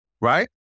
Right